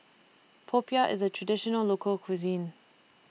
Popiah IS A Traditional Local Cuisine